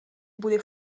bude